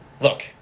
look